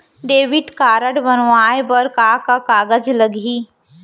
Debit card बनवाये बर का का कागज लागही?